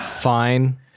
Fine